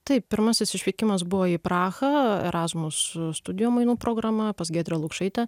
taip pirmasis išvykimas buvo į prahą erasmus studijų mainų programa pas giedrę lukšaitę